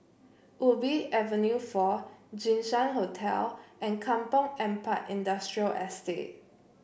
Ubi Avenue Four Jinshan Hotel and Kampong Ampat Industrial Estate